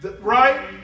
Right